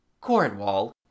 cornwall